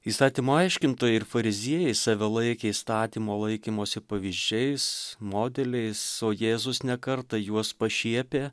įstatymo aiškintojai ir fariziejai save laikė įstatymo laikymosi pavyzdžiais modeliais o jėzus ne kartą juos pašiepė